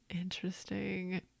Interesting